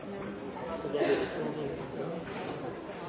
neste år. Så